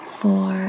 four